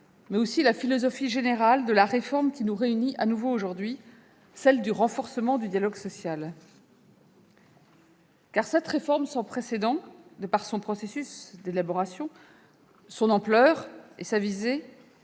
comme la philosophie générale de la réforme qui nous réunit à nouveau aujourd'hui, celle du renforcement du dialogue social. Cette réforme, qui, par son processus d'élaboration, son ampleur et sa visée,